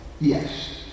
Yes